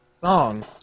song